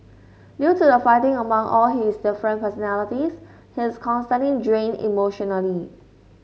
due to the fighting among all his different personalities he's constantly drained emotionally